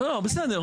לא, לא, בסדר.